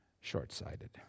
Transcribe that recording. Short-sighted